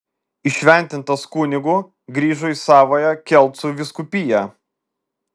įšventintas kunigu grįžo į savąją kelcų vyskupiją